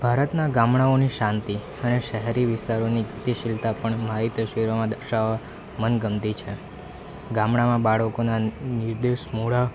ભારતના ગામડાઓની શાંતિ અને શહેરી વિસ્તારોની ગતિશિલતા પણ મારી તસવીરોમાં દર્શાવવા મનગમતી છે ગામડામાં બાળકોના નિર્દોષ મોઢાં